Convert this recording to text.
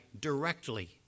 directly